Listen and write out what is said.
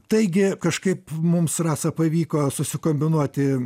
taigi kažkaip mums rasą pavyko susikombinuoti